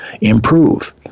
improve